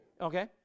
Okay